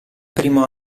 primo